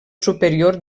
superior